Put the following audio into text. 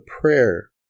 prayer